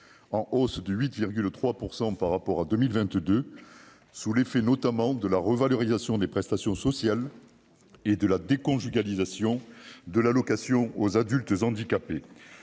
en hausse de 8,3 % par rapport à 2022 sous l'effet notamment de la revalorisation des prestations sociales et de la déconjugalisation de l'allocation aux adultes handicapés